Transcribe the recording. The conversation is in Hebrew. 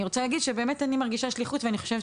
אני רוצה להגיד שבאמת אני מרגישה שליחות ואני חושבת